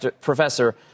professor